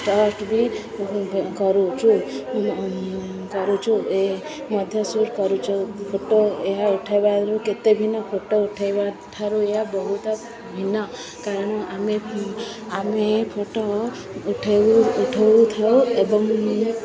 trust ବି କରୁଛୁ କରୁଛୁ ଏ ମଧ୍ୟ ସୁଟ୍ କରୁଛୁ ଫଟୋ ଏହା ଉଠାଇବାରୁ କେତେ ଭିନ୍ନ ଫଟୋ ଉଠାଇବା ଠାରୁ ଏହା ବହୁତ ଭିନ୍ନ କାରଣ ଆମେ ଆମେ ଫଟୋ ଉଠାଇ ଉଠାଉଥାଉ ଏବଂ